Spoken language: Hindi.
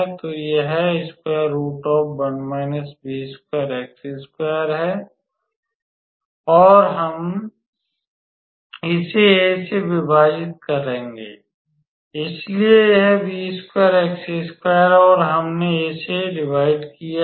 तो यह है और हम इसे a से विभाजित करेंगे और क्षमा करें इसलिए यह है और हमने a से विभाजित किया है